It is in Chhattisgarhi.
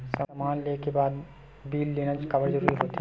समान ले के बाद बिल लेना काबर जरूरी होथे?